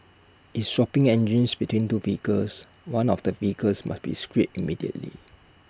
if swapping engines between two vehicles one of the vehicles must be scrapped immediately